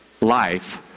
life